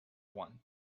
one